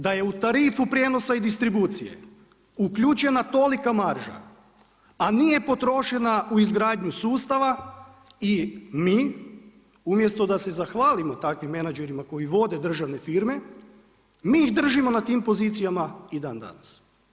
Da je u tarifu prijenosa i distribucije uključena tolika marža a nije potrošena u izgradnju stava i mi, umjesto da se zahvalimo takvim menadžerima koji vode državne firme, mi ih držimo na tim pozicijama i dandanas.